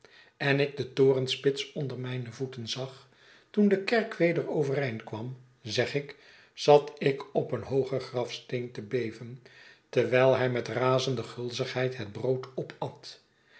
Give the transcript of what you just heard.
en ik de torenspits onder mijne voeten zag toen de kerk weder overeind kwam zeg ik zat ik op een hoogen grafsteen te beven terwijl hij met razende gulzigheid het brood opat